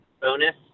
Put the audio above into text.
bonus